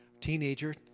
teenager